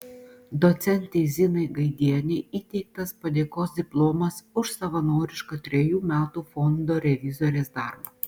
docentei zinai gaidienei įteiktas padėkos diplomas už savanorišką trejų metų fondo revizorės darbą